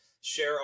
share